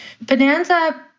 Bonanza